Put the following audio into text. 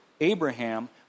Abraham